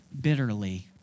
bitterly